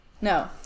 No